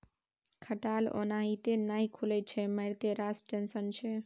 खटाल ओनाहिते नहि खुलैत छै मारिते रास टेंशन छै